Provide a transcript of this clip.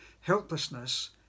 helplessness